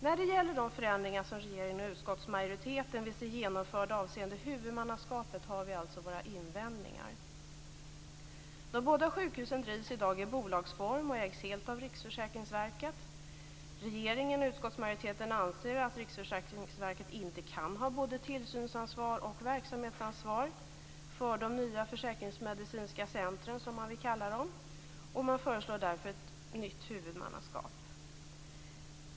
När det gäller de förändringar som regeringen och utskottsmajoriteten vill se genomförda avseende huvudmannaskapet har vi alltså våra invändningar. De båda sjukhusen drivs i dag i bolagsform och ägs helt av Riksförsäkringsverket. Regeringen och utskottsmajoriteten anser att Riksförsäkringsverket inte kan ha både tillsynsansvar och verksamhetsansvar för de nya försäkringsmedicinska centren, som man vill kalla dem. Man föreslår därför ett nytt huvudmannaskap.